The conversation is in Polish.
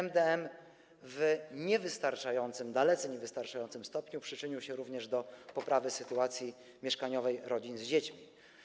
MdM w niewystarczającym, dalece niewystarczającym stopniu przyczynił się również do poprawy sytuacji mieszkaniowej rodzin z dziećmi.